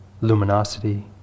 luminosity